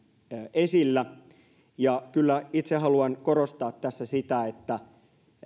esillä ja kyllä itse haluan korostaa tässä sitä että